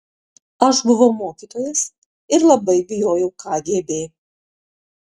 aš buvau mokytojas ir labai bijojau kgb